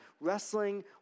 wrestling